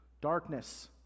Darkness